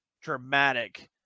dramatic